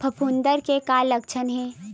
फफूंद के का लक्षण हे?